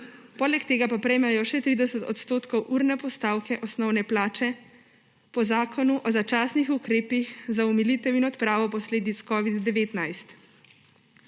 poleg tega pa prejmejo še 30 % urne postavke osnovne plače po Zakonu o začasnih ukrepih za omilitev in odpravo posledic COVID-19.